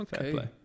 Okay